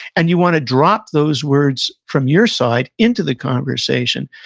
and you want to drop those words from your side into the conversation,